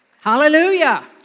Hallelujah